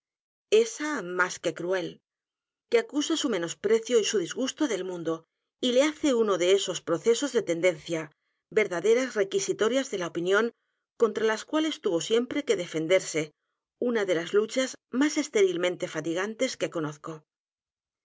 esa más que cruel que acusa su menosprecio y su disgusto del mundo y le hace uno de esos procesos de tendencia v e r d a d e r a s requisitorias de la opinión contra las cuales tuvo su vida y sus obras siempre que defenderse una de las luchas más estérilmente fatigantes que conozco